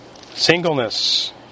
Singleness